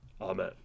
Amen